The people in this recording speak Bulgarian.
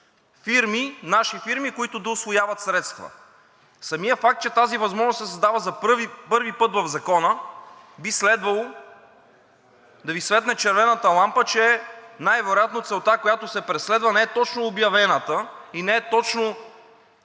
наши фирми, които да усвояват средства. Самият факт, че тази възможност се създава за първи път в Закона, би следвало да Ви светне червената лампа, че най-вероятно целта, която се преследва, не е точно обявената и не е точно